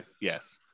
yes